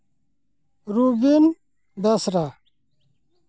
Rubin Besra